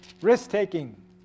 Risk-taking